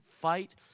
Fight